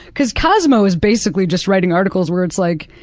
because cosmo is basically just writing articles where it's like,